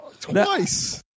Twice